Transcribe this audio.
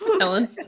Ellen